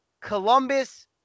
Columbus